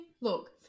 Look